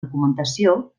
documentació